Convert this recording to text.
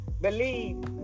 Believe